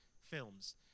films